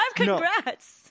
Congrats